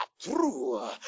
true